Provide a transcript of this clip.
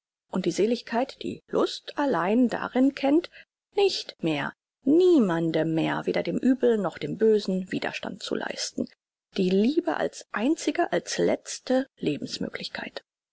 und die seligkeit die lust allein darin kennt nicht mehr niemandem mehr weder dem übel noch dem bösen widerstand zu leisten die liebe als einzige als letzte